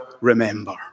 remember